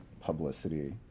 publicity